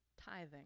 tithing